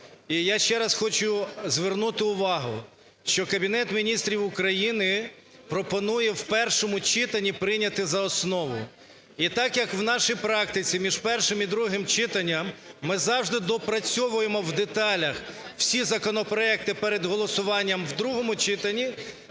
І я ще раз хочу звернути увагу, що Кабінет Міністрів України пропонує в першому читанні прийняти за основу. І так як в нашій практиці між першим і другим читанням ми завжди допрацьовуємо в деталях всі законопроекти перед голосуванням в другому читанні,